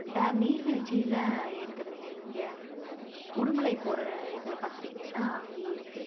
dam நீர்வீழ்ச்சியில இருக்குதுங்க இங்கே உடுமலை போகிற இதில் பார்த்துட்டீங்கன்னா அங்கேயே இருக்குது